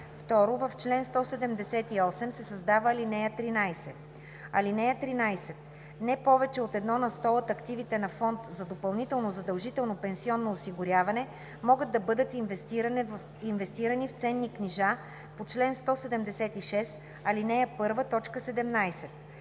2. В чл. 178 се създава ал. 13: „(13) Не повече от 1 на сто от активите на фонд за допълнително задължително пенсионно осигуряване могат да бъдат инвестирани в ценни книжа по чл. 176, ал. 1, т.